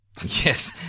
Yes